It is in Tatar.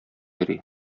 йөри